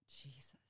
Jesus